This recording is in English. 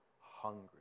hungry